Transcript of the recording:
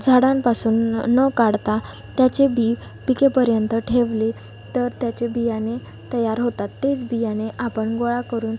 झाडांपासून न काढता त्याचे बी पिकेपर्यंत ठेवले तर त्याचे बियाणे तयार होतात तेच बियाणे आपण गोळा करून